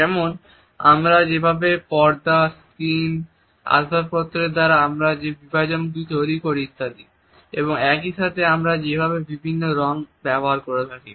যেমন আমরা যেভাবে পর্দা স্ক্রীন আসবাবপত্রের দ্বারা আমরা যে বিভাজনগুলি তৈরি করি ইত্যাদি এবং একই সাথে আমরা যেভাবে বিভিন্ন রং ব্যবহার করে থাকি